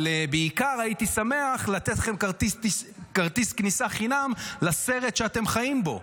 אבל בעיקר הייתי שמח לתת לכם כרטיס כניסה חינם לסרט שאתם חיים בו,